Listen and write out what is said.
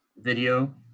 video